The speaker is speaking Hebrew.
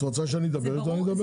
את רוצה שאני אדבר איתו?